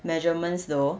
measurements though